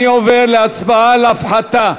אני עובר להצבעה על הפחתה,